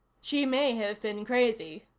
she may have been crazy,